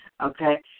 Okay